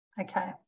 Okay